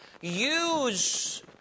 use